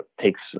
takes